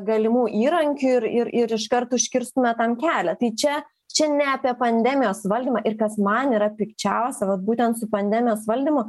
galimų įrankių ir ir ir iškart užkirstume tam kelią tai čia čia ne apie pandemijos valdymą ir kas man yra pikčiausia vat būtent su pandemijos valdymu